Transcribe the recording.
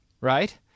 Right